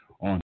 on